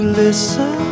listen